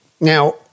Now